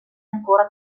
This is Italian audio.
ancora